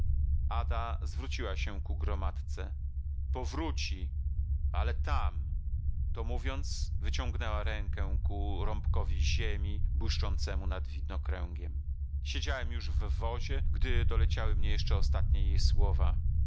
ada zwróciła się ku gromadce powróci ale tam to mówiąc wyciągnęła rękę ku rąbkowi ziemi błyszczącemu nad widnokręgiem siedziałem już w wozie gdy doleciały mnie jeszcze ostatnie jej słowa